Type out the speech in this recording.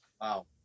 wow